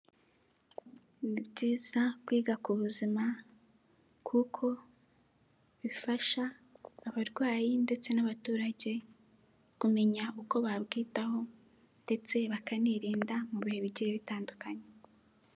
Ni byiza kwiga ku buzima kuko bifasha abarwayi, ndetse n'abaturage kumenya uko bakwitaho, ndetse bakanirinda mu bihe bigiye bitandukanye.